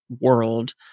world